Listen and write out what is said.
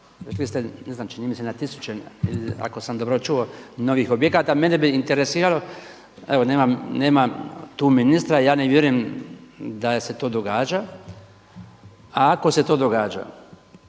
ste ne znam, čini mi se na tisuće, ako sam dobro čuo, novih objekata, mene bi interesiralo, evo nema tu ministra, ja ne vjerujem da se to događa a ako se to događa,